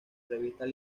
revistas